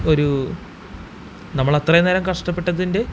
ഒരു നമ്മളത്രയും നേരം കഷ്ട്ടപ്പെട്ടതിൻ്റെ